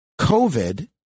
COVID